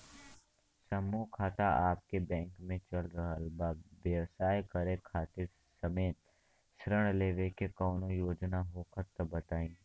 समूह खाता आपके बैंक मे चल रहल बा ब्यवसाय करे खातिर हमे ऋण लेवे के कौनो योजना होखे त बताई?